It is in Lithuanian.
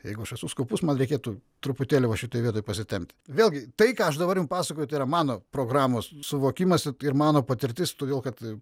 jeigu aš esu skūpus man reikėtų truputėlį va šitoj vietoj pasitempt vėlgi tai ką aš dabar jum pasakoju tai yra mano programos suvokimas ir mano patirtis todėl kad